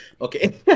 okay